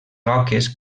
roques